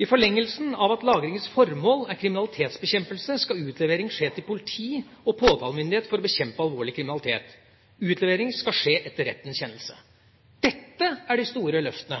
I forlengelsen av at lagringens formål er kriminalitetsbekjempelse, skal utlevering skje til politi og påtalemyndighet for å bekjempe alvorlig kriminalitet. Utlevering skal skje etter rettens kjennelse. Dette er de store løftene